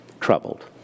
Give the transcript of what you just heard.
troubled